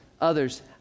others